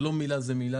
זה לא 'מילה זה מילה',